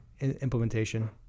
implementation